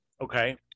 okay